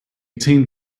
teamed